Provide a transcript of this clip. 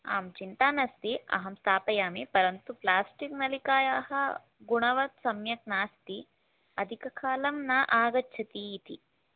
आं चिन्ता नास्ति अहं स्थापयामि परन्तु प्लास्टिक् नलिकायाः गुणवत् सम्यक् नास्ति अधिककालं न आगच्छति इति